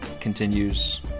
continues